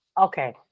okay